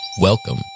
Welcome